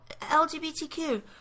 LGBTQ